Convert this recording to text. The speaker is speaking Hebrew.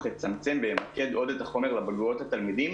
יצמצם וימקד עוד את החומר לבגרויות לתלמידים